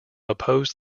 opposed